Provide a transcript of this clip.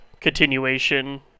continuation